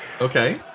Okay